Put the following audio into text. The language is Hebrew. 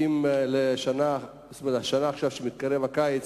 והאם השנה, עכשיו, כשמתקרב הקיץ,